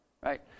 right